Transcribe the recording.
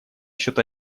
счет